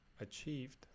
achieved